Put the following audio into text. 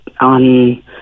on